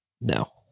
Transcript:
No